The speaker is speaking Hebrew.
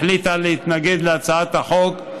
החליטה להתנגד להצעת החוק,